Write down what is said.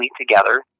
together